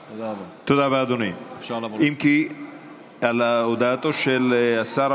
הזאת, והיחידה הזאת היא גם של הבית הזה.